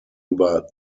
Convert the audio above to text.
über